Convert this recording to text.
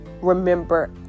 remember